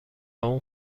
اون